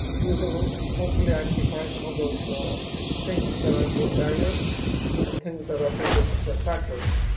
we will hopefully identify some of those ah things that are both barriers and things that are critical success factors